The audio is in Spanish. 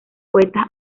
poetas